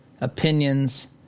opinions